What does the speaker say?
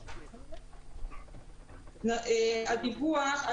לגבי הדיווח,